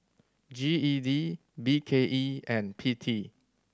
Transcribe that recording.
G E D B K E and P T